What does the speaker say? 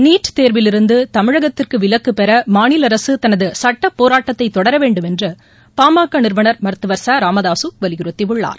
NEET தேர்வில் இருந்து தமிழகத்திற்கு விலக்கு பெற மாநில அரசு தனது சுட்டப் போராட்டத்தை தொடர வேண்டும் என்று பாமக நிறுவனர் மருத்துவர் ச ராமதாக வலியுறுத்தியுள்ளார்